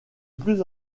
plus